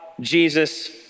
Jesus